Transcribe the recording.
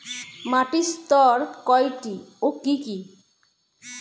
মাটির স্তর কয়টি ও কি কি?